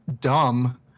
dumb